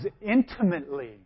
intimately